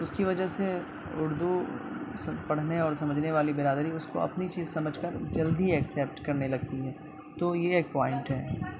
اس کی وجہ سے اردو پڑھنے اور سمجھنے والی برادری اس کو اپنی چیز سمجھ کر جلدی اکسیپٹ کرنے لگتی ہے تو یہ ایک پوائنٹ ہے